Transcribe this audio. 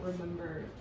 remember